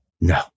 No